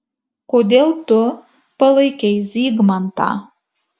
kodėl tu palaikei zygmantą